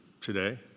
today